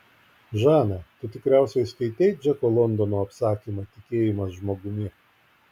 žana tu tikriausiai skaitei džeko londono apsakymą tikėjimas žmogumi